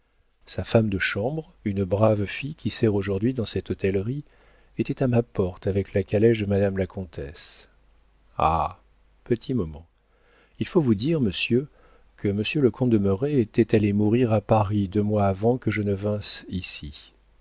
sa femme de chambre une brave fille qui sert aujourd'hui dans cette hôtellerie était à ma porte avec la calèche de madame la comtesse ah petit moment il faut vous dire monsieur que monsieur le comte de merret était allé mourir à paris deux mois avant que je vinsse ici